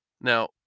Now